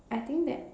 I think that